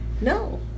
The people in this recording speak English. no